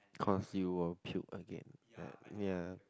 cause you will puke again uh ya